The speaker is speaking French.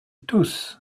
tousse